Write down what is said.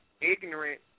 ignorant